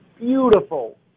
beautiful